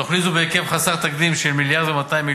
תוכנית זו, בהיקף חסר תקדים של 1.2 מיליארד ש"ח,